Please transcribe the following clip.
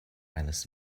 eines